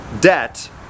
debt